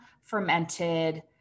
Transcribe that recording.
fermented